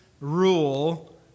rule